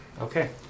Okay